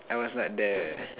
I was not there